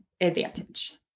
advantage